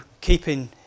keeping